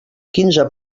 quinze